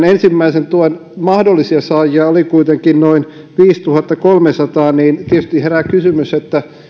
ensimmäisen tuen mahdollisia saajia oli kuitenkin noin viisituhattakolmesataa ja tietysti herää kysymys